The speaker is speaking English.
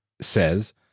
says